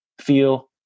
feel